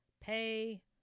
pay